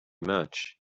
much